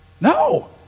No